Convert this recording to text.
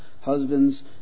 husbands